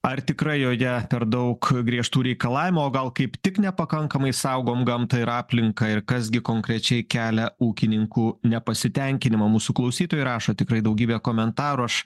ar tikrai joje per daug griežtų reikalavimų o gal kaip tik nepakankamai saugom gamtą ir aplinką ir kas gi konkrečiai kelia ūkininkų nepasitenkinimą mūsų klausytojai rašo tikrai daugybę komentarų aš